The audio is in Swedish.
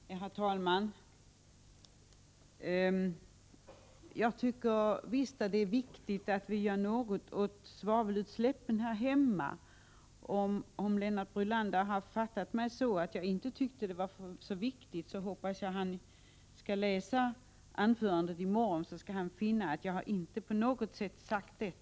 Herr talman! Jag tycker visst att det är viktigt att vi gör något åt svavelutsläppen här hemma. Om Lennart Brunander har missuppfattat mig, hoppas jag att han läser mitt anförande i protokollet i morgon. Då skall han finna att jag inte alls har sagt så.